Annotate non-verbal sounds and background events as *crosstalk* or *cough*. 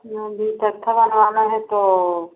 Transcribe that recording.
*unintelligible* तख़्ता बनवाना है तो